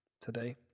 today